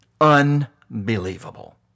unbelievable